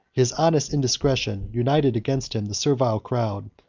his honest indiscretion united against him the servile crowd,